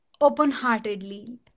open-heartedly